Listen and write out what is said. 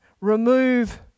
remove